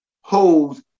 holds